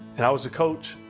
and i was the coach.